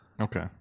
Okay